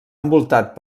envoltat